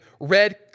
red